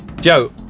Joe